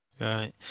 Right